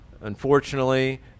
unfortunately